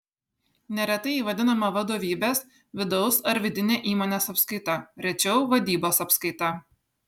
neretai ji vadinama vadovybės vidaus ar vidine įmonės apskaita rečiau vadybos apskaita